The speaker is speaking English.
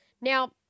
Now